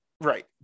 right